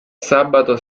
sabato